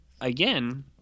again